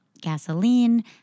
gasoline